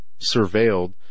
surveilled